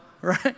right